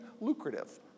lucrative